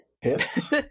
Hits